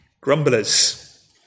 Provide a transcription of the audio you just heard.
grumblers